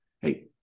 hey